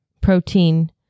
protein